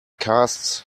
casts